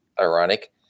Ironic